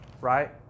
right